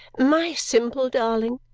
my simple darling!